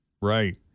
Right